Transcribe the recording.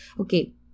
Okay